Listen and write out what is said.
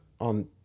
on